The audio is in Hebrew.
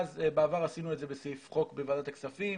בעבר עשינו את זה בחוק בוועדת הכספים